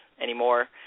anymore